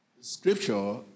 Scripture